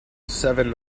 seven